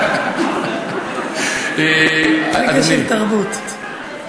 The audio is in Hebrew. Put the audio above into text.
רגע של תרבות.